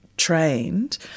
Trained